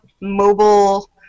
mobile